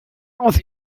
aus